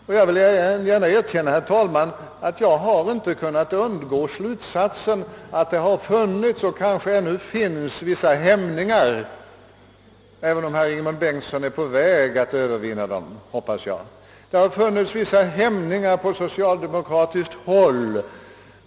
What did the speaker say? Jag har heller inte kunnat undgå att dra den slut satsen att det har funnits och kanske ännu finns vissa hämningar på socialdemokratiskt håll, även om herr Ingemund Bengtsson nu, som jag hoppas, är på väg att övervinna dem.